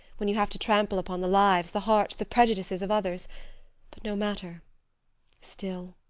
when you have to trample upon the lives, the hearts, the prejudices of others but no matter still,